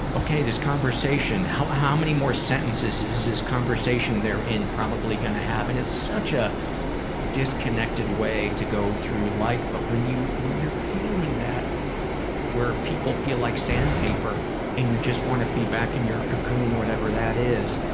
okay this conversation, how how many more sentences is this conversation they're in probably gunna have? and it's such a disconnected way to go through life but when you, when you're feeling that where people feel like sandpaper and you just wanna be back in your cacoon sp? whatever that is,